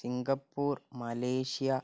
Singapore Malaysia